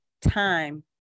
time